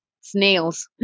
snails